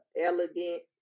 elegant